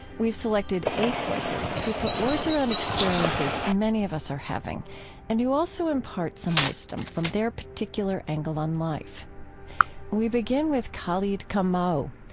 we selected eight voices who put words around experiences many of us are having and who also impart some wisdom from their particular angle on life we begin with khalid kamau.